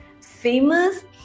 famous